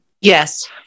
Yes